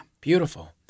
Beautiful